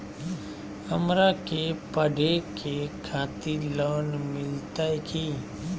हमरा के पढ़े के खातिर लोन मिलते की?